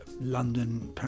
london